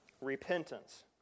repentance